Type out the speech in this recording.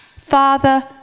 Father